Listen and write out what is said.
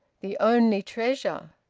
the only treasure,